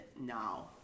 now